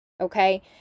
okay